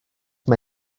mae